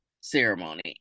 ceremony